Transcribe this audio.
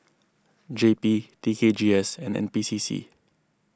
J P T K G S and N P C C